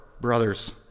brothers